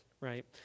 right